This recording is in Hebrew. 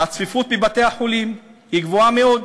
4. הצפיפות בבתי-החולים גבוהה מאוד